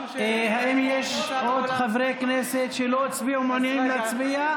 האם יש עוד חברי כנסת שלא הצביעו ומעוניינים להצביע?